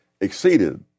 exceeded